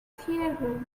theater